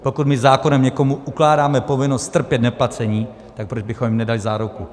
Pokud my zákonem někomu ukládáme povinnost strpět neplacení, tak proč bychom jim nedali záruku?